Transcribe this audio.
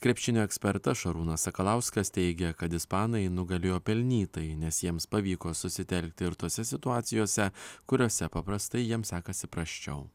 krepšinio ekspertas šarūnas sakalauskas teigia kad ispanai nugalėjo pelnytai nes jiems pavyko susitelkti ir tose situacijose kuriose paprastai jiems sekasi prasčiau